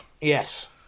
Yes